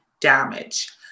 damage